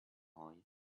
eye